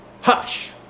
Hush